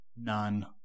None